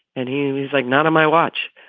and he was like, not on my watch.